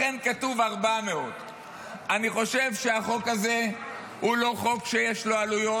לכן כתוב 400. אני חושב שהחוק הזה הוא לא חוק שיש לו עלויות.